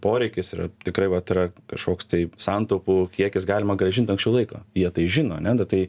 poreikis yra tikrai vat yra kažkoks tai santaupų kiekis galima grąžint anksčiau laiko jie tai žino ane bet tai